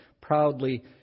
proudly